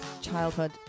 childhood